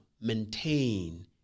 maintain